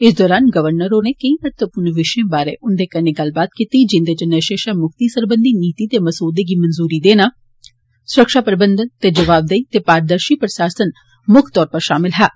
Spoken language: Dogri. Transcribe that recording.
इस दौरान गवर्नर होरें केई महत्वपूर्ण विशयें बारै उंदे कन्नै गल्लबात कीती जिंदे च नषे षा मुक्ति सरबंधी नीति दे मसौदे गी मंजूरी देने सुरक्षा प्रबंधन ते जबावदेई ते पारदर्षी प्रषासन मुक्ख तौरा पर षामिल हे